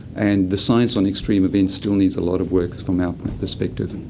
and the science on extreme events still needs a lot of work, from our perspective.